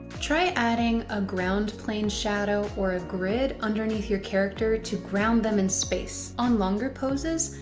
try adding a ground plane shadow or a grid underneath your character to ground them in space. on longer poses,